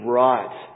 right